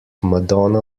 madonna